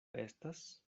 estas